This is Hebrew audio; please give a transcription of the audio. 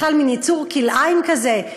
בכלל מין יצור כלאיים כזה,